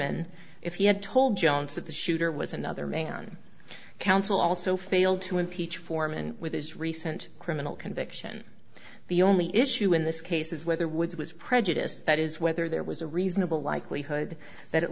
foreman if he had told jones that the shooter was another man council also failed to impeach foreman with his recent criminal conviction the only issue in this case is whether woods was prejudiced that is whether there was a reasonable likelihood that at